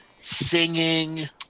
singing